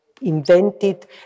invented